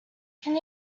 can